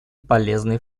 полезный